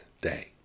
day